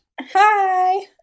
Hi